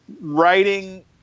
Writing